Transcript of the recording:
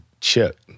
chip